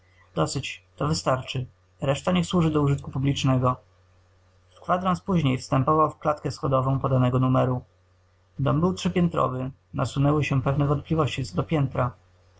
dosyć to wystarczy reszta niech służy do użytku publicznego w kwadrans później wstępował w klatkę schodową podanego numeru dom był trzypiętrowy nasunęły się pewne wątpliwości co do piętra